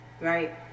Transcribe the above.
right